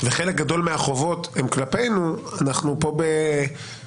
וחלק גדול מהחובות הם כלפינו ככל